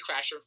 Crasher